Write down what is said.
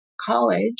college